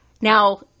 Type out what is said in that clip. Now